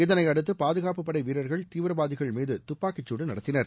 இதனையடுத்து பாதுகாப்பு படை வீரர்கள் தீவிரவாதிகள் மீது துப்பாக்கிச் சூடு நடத்தினர்